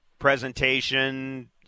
presentation